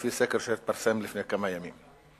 לפי סקר שהתפרסם לפני כמה ימים.